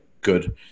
good